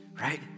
right